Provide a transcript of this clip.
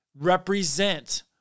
represent